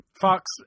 Fox